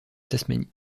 tasmanie